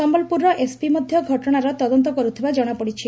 ସମ୍ମଲପୁରର SP ମଧ୍ଯ ଘଟଶାର ତଦନ୍ତ କର୍ତଥିବା ଜଣାପଡ଼ିଛି